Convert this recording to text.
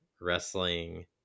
wrestling